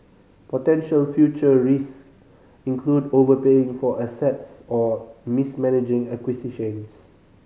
potential future risk include overpaying for assets or mismanaging acquisitions